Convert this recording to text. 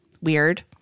Weird